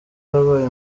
wabaye